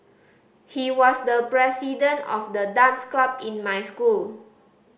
he was the president of the dance club in my school